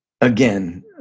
again